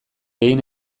egin